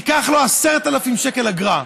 ניקח לו 10,000 שקלים אגרה.